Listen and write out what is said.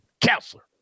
counselor